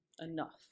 enough